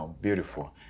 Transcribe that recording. beautiful